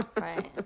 Right